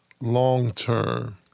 long-term